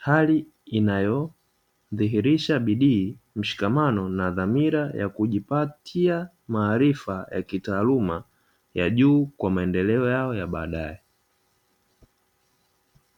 hali inayodhihirisha bidii, mshikamano na dhamira ya kujipatia maarifa ya kitaaluma ya juu kwa maendeleo yao ya baadaye.